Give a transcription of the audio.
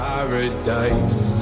Paradise